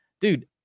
dude